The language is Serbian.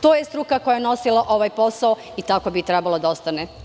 To je struka koja je nosila ovaj posao i tako bi trebalo da ostane.